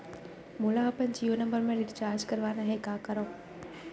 मोला अपन जियो नंबर म रिचार्ज करवाना हे, का करव?